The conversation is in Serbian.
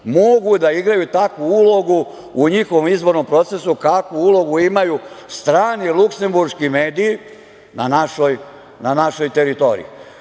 mogu da igraju takvu ulogu u njihovom izbornom procesu kakvu ulogu imaju strane luksemburški mediji na našoj teritoriji? Dakle,